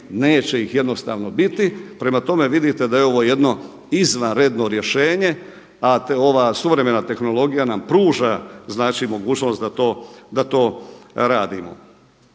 neće ih jednostavno biti. Prema tome, vidite da je ovo jedno izvanredno rješenje, a ova suvremena tehnologija nam pruža znači mogućnost da to radimo.